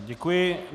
Děkuji.